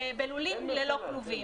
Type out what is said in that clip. בלולים ללא כלובים.